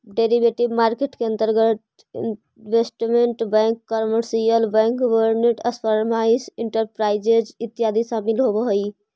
derivative market के अंतर्गत investment bank commercial bank government sponsored enterprises इत्यादि सम्मिलित होवऽ हइ